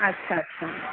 अच्छा अच्छा